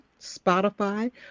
Spotify